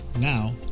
Now